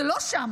זה לא שם,